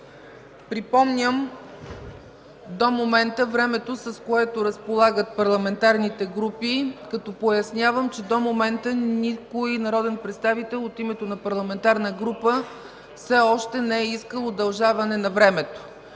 Припомням времето, с което до момента разполагат парламентарните групи, като пояснявам, че до момента нито един народен представител от името на парламентарна група все още не е искал удължаване на времето.